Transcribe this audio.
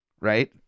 Right